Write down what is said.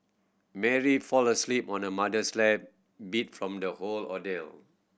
Mary fell asleep on her mother's lap beat from the whole ordeal